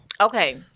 Okay